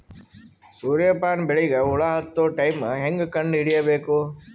ಸೂರ್ಯ ಪಾನ ಬೆಳಿಗ ಹುಳ ಹತ್ತೊ ಟೈಮ ಹೇಂಗ ಕಂಡ ಹಿಡಿಯಬೇಕು?